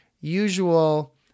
usual